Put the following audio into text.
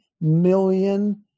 million